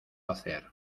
hacer